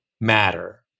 matter